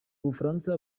bufaransa